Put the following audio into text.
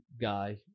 guy